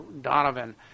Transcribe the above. Donovan